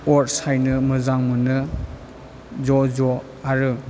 अर सायनो मोजां मोनो ज'ज' आरो